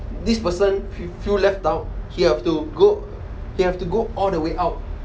this person feel left out he have to go he have to go all the way out